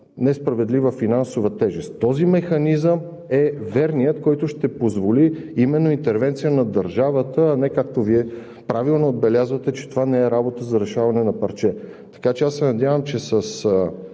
несправедлива финансова тежест. Този механизъм е верният, който ще позволи именно интервенция на държавата, а не както Вие правилно отбелязвате, че това не е работа за решаване на парче. Така че аз се надявам, че